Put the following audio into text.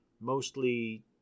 mostly